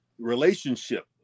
relationship